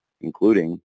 including